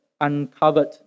uncovered